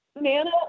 Nana